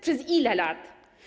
Przez ile lat?